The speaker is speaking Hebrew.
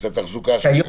את התחזוקה השוטפת.